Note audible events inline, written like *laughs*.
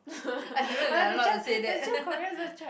I don't know if we are allowed to say that *laughs*